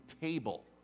table